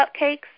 cupcakes